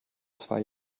zwei